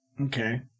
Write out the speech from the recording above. Okay